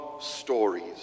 stories